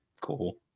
cool